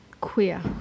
queer